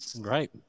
Right